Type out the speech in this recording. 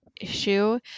issue